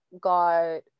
got